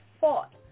fought